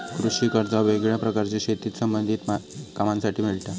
कृषि कर्जा वेगवेगळ्या प्रकारची शेतीच्या संबधित कामांसाठी मिळता